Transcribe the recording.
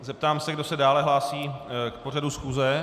Zeptám se, kdo se dále hlásí k pořadu schůze.